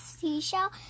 seashell